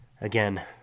Again